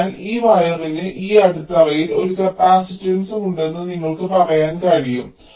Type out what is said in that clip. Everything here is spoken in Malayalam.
അതിനാൽ ഈ വയറിന് ഈ അടിത്തറയിൽ ഒരു കപ്പാസിറ്റൻസും ഉണ്ടെന്ന് നിങ്ങൾക്ക് പറയാൻ കഴിയും